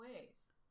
ways